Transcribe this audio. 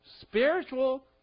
spiritual